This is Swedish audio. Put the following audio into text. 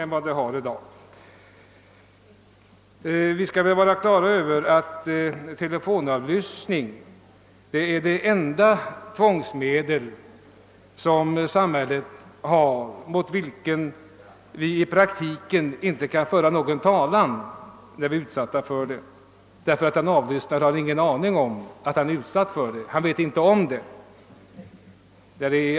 Vi måste ha klart för oss att telefonavlyssning är det enda tvångsmedel från samhällets sida mot vilket vi i praktiken inte kan föra någon talan när vi är utsatta för det därför att den avlyssnade inte känner till att han är utsatt för denna metod.